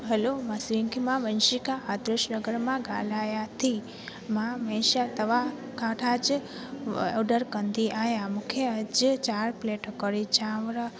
हलो मां श्रींक खां वंशिका आदर्श नगर मां ॻाल्हायां थी मां हमेशह तव्हां खां ठाच ऑडर कंदी आहियां मूंखे अॼु चार प्लेट कढ़ी चांवर